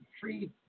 free